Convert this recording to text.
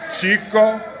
Chico